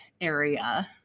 area